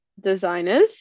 designers